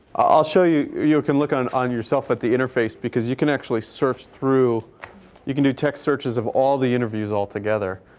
i'll show you, you can look um yourself at the interface because you can actually search through you can do text searches of all the interviews altogether.